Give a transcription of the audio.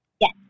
Yes